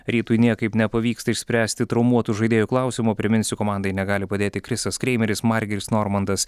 rytui niekaip nepavyksta išspręsti traumuotų žaidėjų klausimo priminsiu komandai negali padėti krisas kreimeris margiris normantas